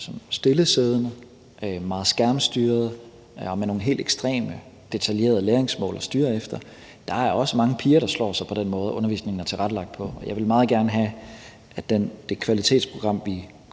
som er stillesiddende, meget skærmstyret og med nogle helt ekstremt detaljerede læringsmål at styre efter, er der også mange piger der slår sig på. Og jeg vil meget gerne have, at det kvalitetsprogram, vi